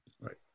Right